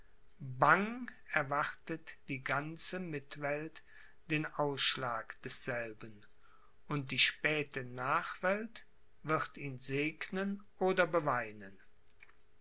bang erwartet die ganze mitwelt den ausschlag desselben und die späte nachwelt wird ihn segnen oder beweinen